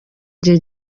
gihe